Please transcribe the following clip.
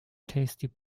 tasty